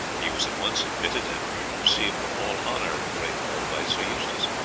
he was at once admitted, and was received with all honour in the great hall by sir eustace.